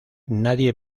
nadie